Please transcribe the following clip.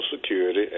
security